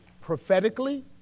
Prophetically